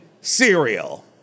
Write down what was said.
Cereal